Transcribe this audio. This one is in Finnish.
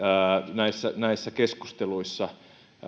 näissä näissä keskusteluissa